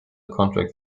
contract